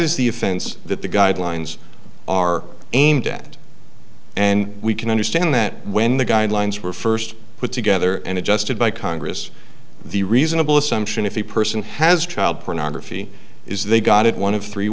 is the offense that the guidelines are aimed at and we can understand that when the guidelines were first put together and adjusted by congress the reasonable assumption if the person has child pornography is they got it one of three